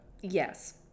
Yes